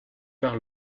par